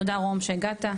תודה רום שהגעת.